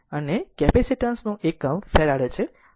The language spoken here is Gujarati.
અને કેપેસિટન્સ નું એકમ ફેરાડે છે